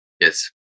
Yes